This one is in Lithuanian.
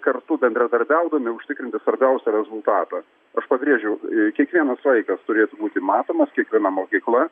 kartu bendradarbiaudami užtikrinti svarbiausią rezultatą aš pabrėžiau i kiekvienas vaikas turėtų būti matomas kiekviena mokykla